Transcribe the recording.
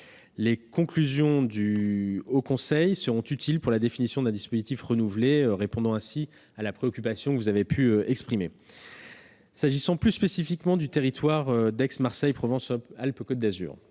Les conclusions de cette instance seront utiles pour la définition d'un dispositif renouvelé, répondant à la préoccupation que vous avez pu exprimer. S'agissant plus spécifiquement du territoire d'Aix-Marseille-Provence-Alpes-Côte d'Azur,